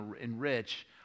enrich